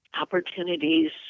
opportunities